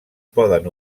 poden